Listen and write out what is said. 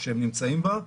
שהם נמצאים בה,